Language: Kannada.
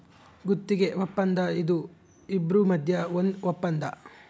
ಗುತ್ತಿಗೆ ವಪ್ಪಂದ ಇದು ಇಬ್ರು ಮದ್ಯ ಒಂದ್ ವಪ್ಪಂದ